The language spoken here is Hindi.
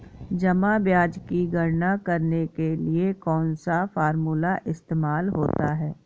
जमा ब्याज की गणना करने के लिए कौनसा फॉर्मूला इस्तेमाल होता है?